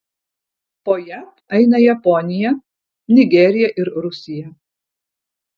po jav eina japonija nigerija ir rusija